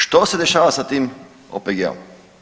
Što se dešava sa tim OPG-om?